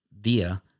via